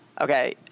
Okay